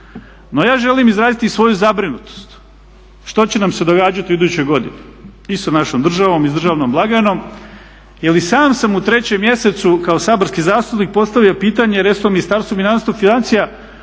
No ja želim izraziti i svoju zabrinutost što će nam se događati u idućoj godini i sa našom državom i sa državnom blagajnom jer i sam sam u 3. mjesecu kao saborski zastupnik postavio pitanje resornom ministarstvu, Ministarstvu financija